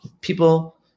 people